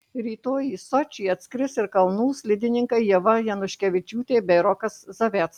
rytoj į sočį atskris ir kalnų slidininkai ieva januškevičiūtė bei rokas zaveckas